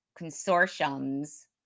Consortium's